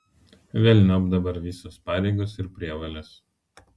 velniop dabar visos pareigos ir prievolės